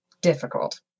difficult